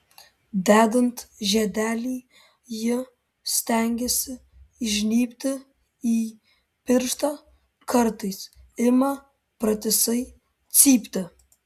dedant žiedelį ji stengiasi įžnybti į pirštą kartais ima pratisai cypti